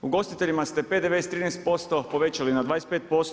Ugostiteljima ste PDV sa 13% povećali na 25%